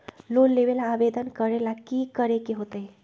Loan लेबे ला आवेदन करे ला कि करे के होतइ?